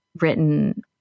written